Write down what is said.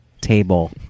table